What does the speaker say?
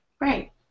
Right